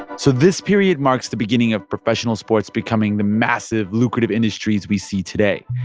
so this period marks the beginning of professional sports becoming the massive, lucrative industries we see today.